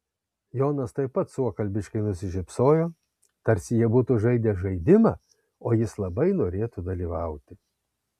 jonas taip pat suokalbiškai nusišypsojo tarsi jie būtų žaidę žaidimą o jis labai norėtų dalyvauti